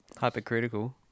Hypocritical